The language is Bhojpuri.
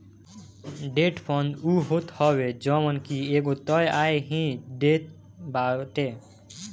डेट फंड उ होत हवे जवन की एगो तय आय ही देत बाटे